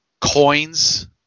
coins